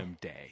day